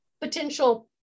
potential